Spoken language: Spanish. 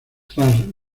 tras